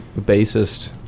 bassist